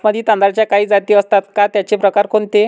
बासमती तांदळाच्या काही जाती असतात का, त्याचे प्रकार कोणते?